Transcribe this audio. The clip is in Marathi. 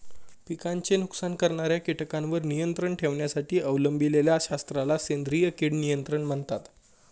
पिकांचे नुकसान करणाऱ्या कीटकांवर नियंत्रण ठेवण्यासाठी अवलंबिलेल्या शास्त्राला सेंद्रिय कीड नियंत्रण म्हणतात